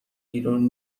بیرون